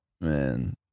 man